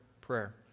prayer